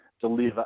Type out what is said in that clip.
deliver